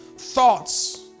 thoughts